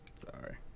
sorry